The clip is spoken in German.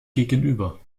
gegenüber